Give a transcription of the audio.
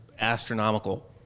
astronomical